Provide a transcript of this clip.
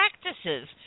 practices